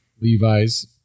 Levi's